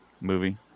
movie